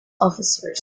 officers